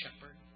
shepherd